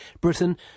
Britain